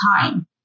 time